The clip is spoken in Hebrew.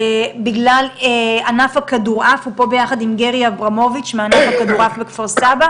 בגלל ענף הכדורעף בכפר סבא.